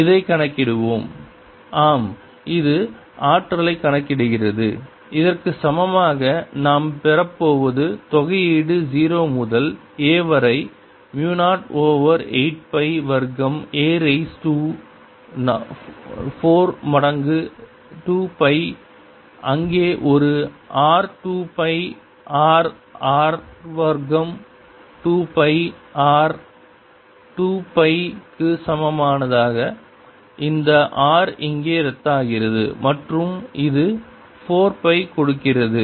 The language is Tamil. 2πrdr இதைக் கணக்கிடுவோம் ஆம் இது ஆற்றலைக் கணக்கிடுகிறது இதற்கு சமமாக நாம் பெறப்போவது தொகையீடு 0 முதல் a வரை மு 0 ஓவர் 8 பை வர்க்கம் a ரீஸ் டூ 4 மடங்கு 2 பை அங்கே ஒரு r 2 pi r r r வர்க்கம் 2 பை r 2 பை க்கு சமமான இந்த r இங்கே ரத்தாகிறது மற்றும் இது 4 பை கொடுக்கிறது